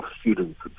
students